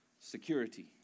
security